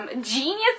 genius